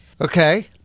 Okay